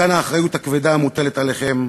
מכאן האחריות הכבדה המוטלת עליכם,